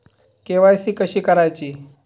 KYC कशी करायची?